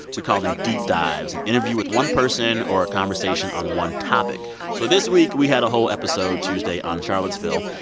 we call them deep dives, an interview with one person or a conversation on one topic so this week, we had a whole episode tuesday on charlottesville.